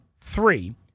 three